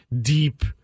deep